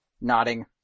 nodding